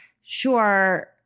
sure